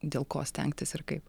dėl ko stengtis ir kaip